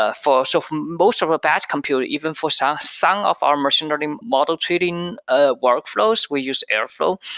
ah for so for most of our ah batch compute, even for some some of our machine learning model training ah workflows, we use airflow.